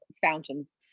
fountains